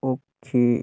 okay